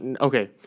okay